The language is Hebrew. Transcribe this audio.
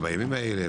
לגמרי,